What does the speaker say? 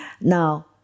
Now